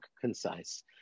concise